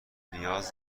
نیاز